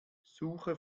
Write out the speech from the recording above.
suche